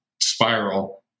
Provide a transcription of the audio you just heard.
spiral